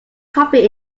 coffee